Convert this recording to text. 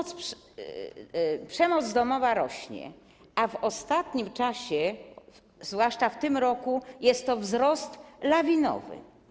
Liczba aktów przemocy domowa rośnie, a w ostatnim czasie - zwłaszcza w tym roku - jest to wzrost lawinowy.